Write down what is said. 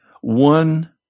one